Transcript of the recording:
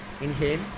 inhale